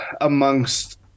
amongst